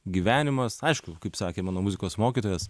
gyvenimas aišku kaip sakė mano muzikos mokytojas